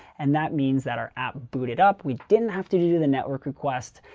and that means that our app booted up. we didn't have to to do the network request,